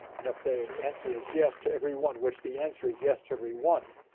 you know, if the answer is yes to every one. which the answer is yes to every one.